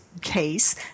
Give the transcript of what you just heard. case